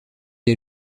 est